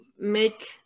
make